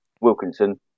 Wilkinson